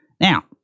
Now